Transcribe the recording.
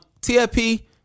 tfp